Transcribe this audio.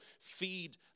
feed